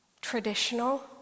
traditional